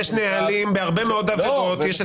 יש נהלים בהרבה מאוד עבירות.